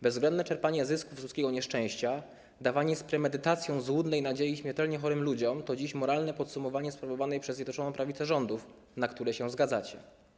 Bezwzględne czerpanie zysków z ludzkiego nieszczęścia, dawanie z premedytacją złudnej nadziei śmiertelnie chorym ludziom to dziś moralne podsumowanie sprawowanej przez Zjednoczoną Prawicę rządów, na które się zgadzacie.